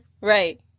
Right